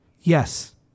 yes